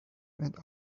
and